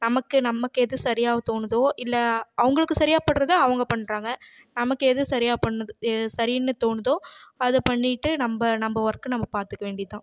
நமக்கு நமக்கு எது சரியாக தோணுதோ இல்லை அவங்களுக்கு சரியாகப்படுறத அவங்க பண்ணுறாங்க நமக்கு எது சரியாப்பண்ணுது சரினு தோணுதோ அதை பண்ணிட்டு நம்ப நம்ப ஒர்க்கை நம்ம பார்த்துக்க வேண்டியது தான்